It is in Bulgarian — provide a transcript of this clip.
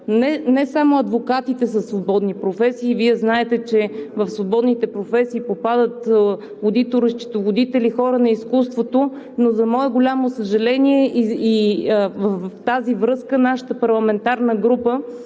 Не само адвокатите са свободни професии и Вие знаете, че в свободните професии попадат: одитори, счетоводители, хора на изкуството. За мое голямо съжаление и в тази връзка нашата парламентарна група